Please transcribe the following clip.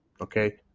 okay